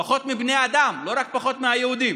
פחות מבני אדם, לא רק פחות מהיהודים,